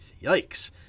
Yikes